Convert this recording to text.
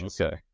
okay